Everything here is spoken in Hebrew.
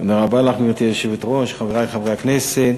גברתי היושבת-ראש, תודה רבה, חברי חברי הכנסת,